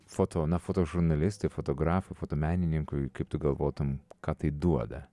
foto na fotožurnalistui fotografui fotomenininkui kaip tu galvotum ką tai duoda